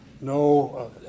no